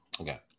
Okay